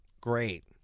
Great